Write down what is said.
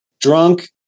Drunk